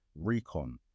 recon